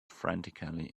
frantically